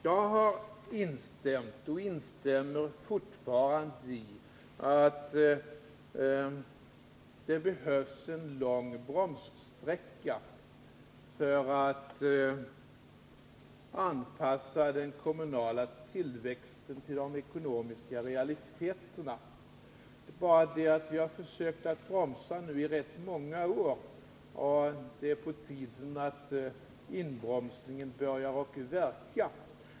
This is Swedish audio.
Jag har instämt och instämmer fortfarande i att det behövs en lång bromssträcka för att anpassa den kommunala tillväxten till de ekonomiska realiteterna. Det är bara det att vi har försökt bromsa i rätt många år, och det är på tiden att inbromsningen börjar verka.